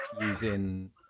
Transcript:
using